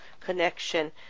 connection